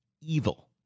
evil